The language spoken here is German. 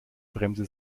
bremse